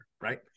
right